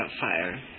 fire